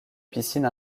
piscine